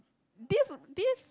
this this